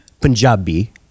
Punjabi